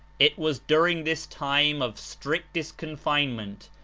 it was during this time of strictest confinement,